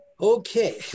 Okay